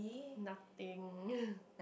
nothing